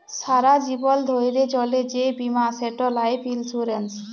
সারা জীবল ধ্যইরে চলে যে বীমা সেট লাইফ ইলসুরেল্স